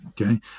okay